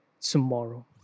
tomorrow